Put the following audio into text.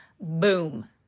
boom